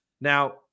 Now